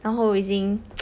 然后已经